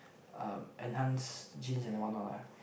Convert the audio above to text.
um enhanced genes and what not lah